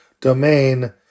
domain